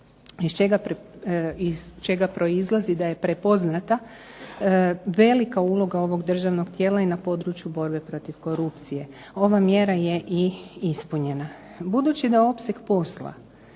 iz čega proizlazi da je prepoznata velika uloga ovog državnog tijela i na području borbe protiv korupcije. Ova mjera je i ispunjena. Budući da opseg posla